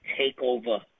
takeover